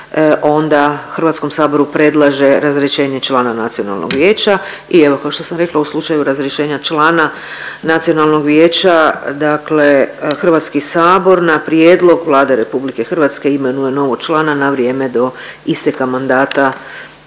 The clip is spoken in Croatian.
onda HS-u predlaže razrješenje člana nacionalnog vijeća i evo, kao što sam rekla, u slučaju razrješenja člana nacionalnog vijeća, dakle HS na prijedlog Vlade Republike imenuje novog člana na vrijeme do isteka mandata